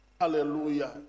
Hallelujah